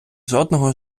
жодного